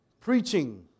Preaching